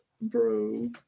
bro